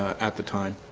at the time